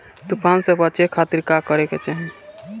तूफान से बचे खातिर का करे के चाहीं?